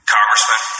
Congressman